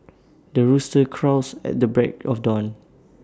the rooster crows at the break of dawn